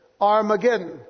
Armageddon